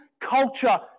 culture